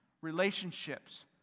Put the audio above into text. relationships